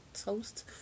toast